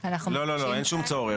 לא, לא, לא, אין שום צורך.